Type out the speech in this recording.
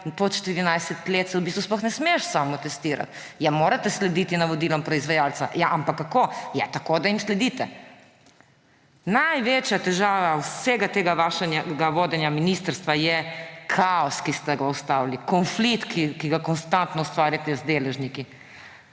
se pod 14 let v bistvu sploh ne smeš samotestirati? Ja, morate slediti navodilom proizvajalca. Ja, ampak kako? Ja, tako da jim sledite. Največja težava vsega tega vašega vodenja ministrstva je kaos, ki ste ga ustvarili, konflikt, ki ga konstantno ustvarjate z deležniki.